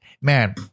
man